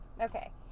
okay